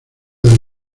del